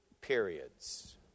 periods